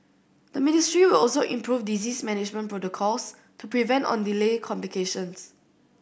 the ministry will also improve disease management protocols to prevent or delay complications